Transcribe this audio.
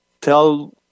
tell